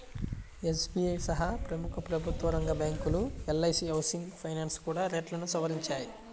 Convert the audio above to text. SBI సహా ప్రముఖ ప్రభుత్వరంగ బ్యాంకులు, ఎల్.ఐ.సీ హౌసింగ్ ఫైనాన్స్ కూడా రేట్లను సవరించాయి